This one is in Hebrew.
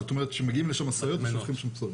זאת אומרת שמגיעות לשם משאיות ושופכות שם פסולת,